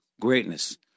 greatness